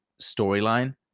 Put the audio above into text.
storyline